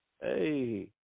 Hey